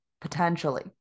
potentially